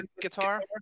guitar